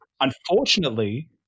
Unfortunately